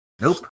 Nope